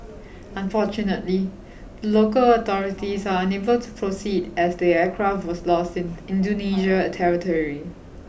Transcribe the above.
unfortunately the local authorities are unable to proceed as the aircraft was lost in Indonesia territory